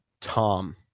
Tom